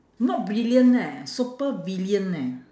not brilliant eh supervillain eh